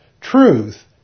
truth